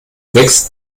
wächst